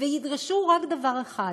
וידרשו רק דבר אחד,